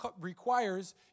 requires